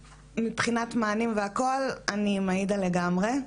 מבחינת מענים והכול, אני עם עאידה לגמרי.